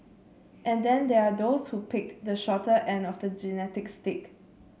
and then there are those who picked the shorter end of the genetic stick